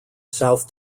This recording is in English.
south